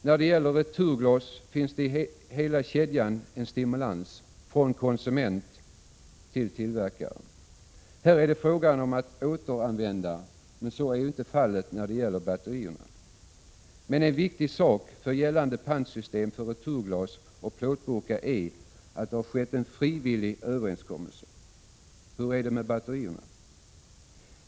När det gäller returglas finns det i hela kedjan en stimulans — från konsument till tillverkare. Där är det fråga om att återanvända, men så är inte fallet när det gäller batterierna. Men en viktig sak för gällande pantsystem för returglas och plåtburkar är att det har skett en frivillig överenskommelse. Hur är det med batterierna?